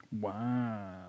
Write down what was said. Wow